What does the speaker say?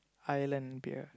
Ireland beer